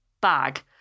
bag